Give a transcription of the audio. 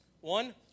One